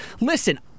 Listen